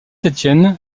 étienne